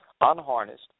Unharnessed